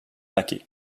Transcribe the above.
paquet